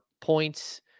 points